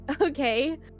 Okay